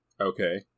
Okay